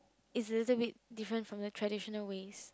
is a little bit different from the traditional ways